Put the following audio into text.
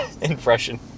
impression